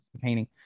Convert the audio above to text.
painting